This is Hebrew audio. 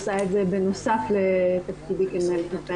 עושה את זה בנוסף לתפקידי כמנהלת,